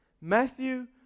Matthew